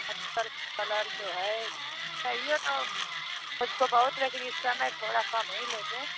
colour जो है मुझको बहुत लेकिन इस समय थोड़ा कम ही लेंगे